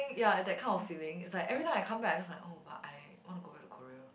ya that kind of feeling it's like every time I come back I just like oh but I want to go back to Korea